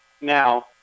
now